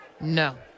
No